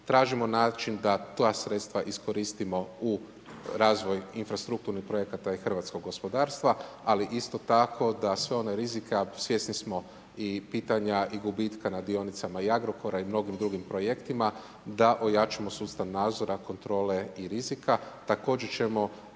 Tražimo način da ta sredstva iskoristimo u razvoj infrastrukturnih projekata i hrvatskog gospodarstva ali isto tako da sve rizike a svjesni smo i pitanja i gubitka na dionicama i Agrokora i mnogim dr. projektima da ojačamo sustav nadzora, kontrole i rizika.